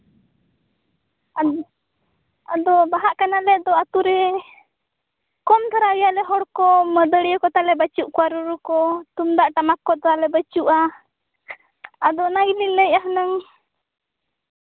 ᱟᱫᱚ ᱵᱟᱦᱟᱜ ᱠᱟᱱᱟᱞᱮ ᱫᱚ ᱟᱛᱩ ᱨᱮ ᱠᱚᱢ ᱫᱷᱟᱨᱟ ᱜᱮᱭᱟ ᱠᱚ ᱞᱮ ᱦᱚᱲ ᱠᱚ ᱢᱟᱹᱫᱟᱹᱲᱤᱭᱟᱹ ᱠᱚ ᱛᱟᱞᱮ ᱵᱟᱪᱩᱜ ᱠᱚᱣᱟ ᱨᱩᱼᱨᱩ ᱠᱚ ᱛᱩᱢᱫᱟᱜ ᱴᱟᱢᱟᱠ ᱠᱚ ᱛᱟᱞᱮ ᱵᱟᱪᱩᱜᱼᱟ ᱟᱫᱚ ᱚᱱᱟ ᱜᱮᱞᱤᱧ ᱞᱟᱹᱭᱮᱫᱼᱟ ᱦᱩᱱᱟᱹᱝ